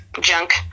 junk